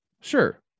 Sure